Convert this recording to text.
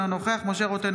אינו נוכח משה רוט,